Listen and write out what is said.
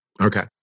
okay